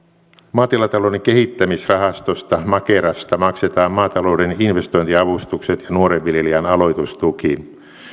maatilatalouden kehittämisrahastosta makerasta maksetaan maatalouden investointiavustukset ja nuoren viljelijän aloitustuki